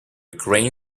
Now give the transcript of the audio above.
grain